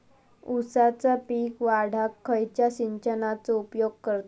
ऊसाचा पीक वाढाक खयच्या सिंचनाचो उपयोग करतत?